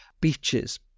beaches